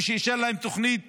כשהוא אישר להם תוכנית